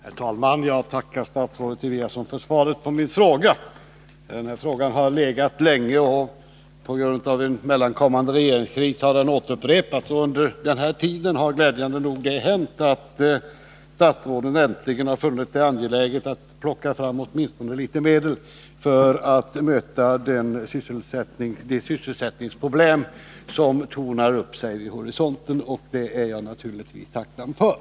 Herr talman! Jag tackar statsrådet Eliasson för svaret på min fråga. Denna fråga har legat länge obesvarad, och på grund av en mellankommande regeringskris har den upprepats. Under denna tid har det glädjande nog hänt att statsrådet äntligen funnit det angeläget att plocka fram åtminstone litet medel för att möta de sysselsättningsproblem som tornar upp sig i horisonten, och det är jag naturligtvis tacksam för.